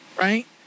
Right